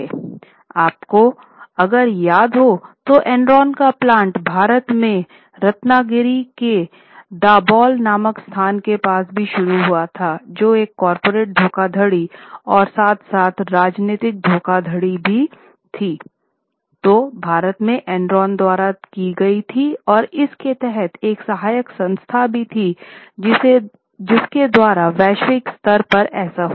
अगर आपको याद हो तो एनरॉन का प्लांट भारत में रत्नागिरि के दाभोल नामक स्थान के पास भी शुरू हुआ था जो एक कॉरपोरेट धोखाधड़ी और साथ साथ राजनीतिक धोखाधड़ी भी थी जो भारत में एनरॉन द्वारा की गई थी और इसके तहत एक सहायक संस्था थी जिसके द्वारा वैश्विक स्तर पर ऐसा हुआ